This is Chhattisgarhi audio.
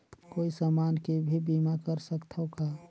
कोई समान के भी बीमा कर सकथव का?